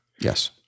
Yes